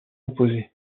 opposées